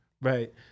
Right